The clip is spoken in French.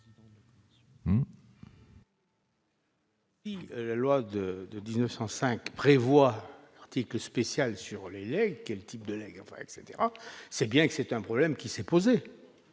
La loi de 1905 prévoit article spécial sur les legs quel type de enfin etc c'est bien que c'est un problème qui s'est posé